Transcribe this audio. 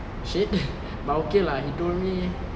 shit but okay lah he told me